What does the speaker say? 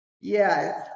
Yes